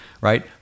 right